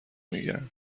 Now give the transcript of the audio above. میگن